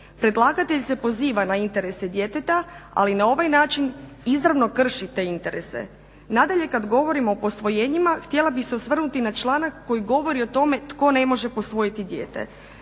Predlagatelj se poziva na interese djeteta, ali na ovaj način izravno krši te interese. Nadalje, kada govorimo o posvojenjima htjela bih se osvrnuti na članak koji govori o tome tko ne može posvojiti dijete.